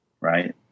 right